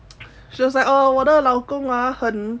she was like oh 我的老公啊很